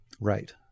Right